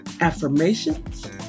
affirmations